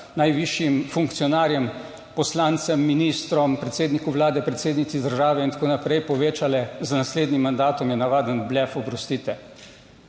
najvišjim funkcionarjem poslancem, ministrom, predsedniku Vlade, predsednici države in tako naprej povečale z naslednjim mandatom je navaden blef, oprostite.